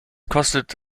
kostet